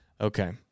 okay